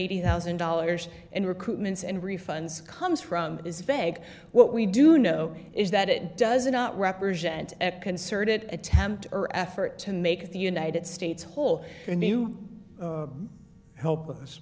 eighty thousand dollars and recruitments and refunds comes from is vague what we do know is that it does not represent a concerted attempt or effort to make the united states whole and new help